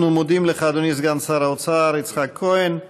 אנחנו מודים לך, אדוני סגן שר האוצר יצחק כהן.